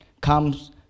comes